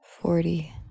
Forty